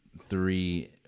Three